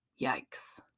yikes